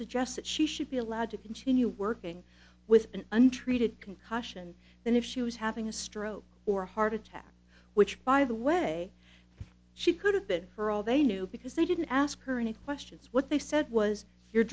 suggests that she should be allowed to continue working with an untreated concussion than if she was having a stroke or heart attack which by the way she could have been for all they knew because they didn't ask her any questions what they said was you're